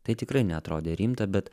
tai tikrai neatrodė rimta bet